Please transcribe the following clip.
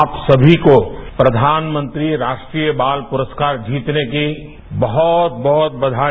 आप सभी को प्रधानमंत्री राष्ट्रीय बाल पुरस्कार जीतने की बहुत बहुत बधाई